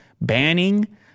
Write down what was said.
banning